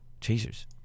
Chasers